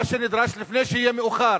מה שנדרש, לפני שיהיה מאוחר,